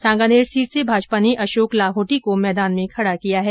Sanganer seat से भोजपा ने अशोक लाहोटी को मैदान में खडा किया है